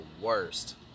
worst